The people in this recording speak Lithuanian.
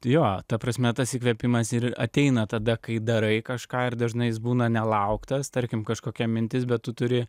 jo ta prasme tas įkvėpimas ateina tada kai darai kažką ir dažnai jis būna nelauktas tarkim kažkokia mintis bet tu turi